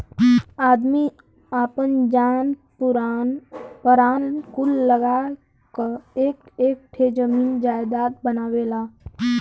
आदमी आपन जान परान कुल लगा क एक एक ठे जमीन जायजात बनावेला